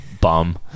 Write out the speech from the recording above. bum